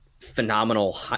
phenomenal